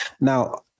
Now